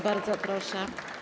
Bardzo proszę.